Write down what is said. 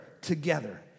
together